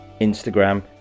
Instagram